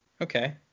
Okay